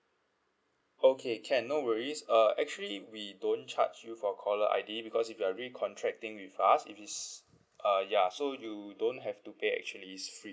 okay can no worries uh actually we don't charge you for caller I_D because if you're recontracting with us if is uh ya so you don't have to pay actually it's free